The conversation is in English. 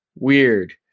Weird